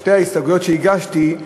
שתי ההסתייגויות שהגשתי,